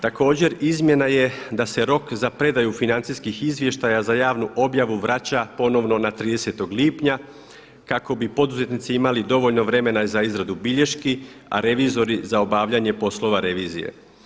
Također izmjena je da se rok za predaju financijskih izvještaja za javnu objavu vraća ponovno na 30. lipnja kako bi poduzetnici imali dovoljno vremena za izradu bilješki a revizori za obavljanje poslova revizije.